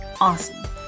Awesome